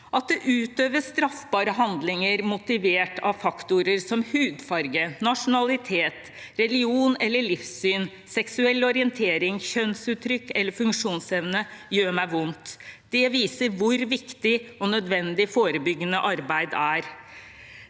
At det utøves straffbare handlinger motivert av faktorer som hudfarge, nasjonalitet, religion eller livssyn, seksuell orientering, kjønnsuttrykk eller funksjonsevne, gjør meg vondt. Det viser hvor viktig og nødvendig forebyggende arbeid er.